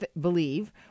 believe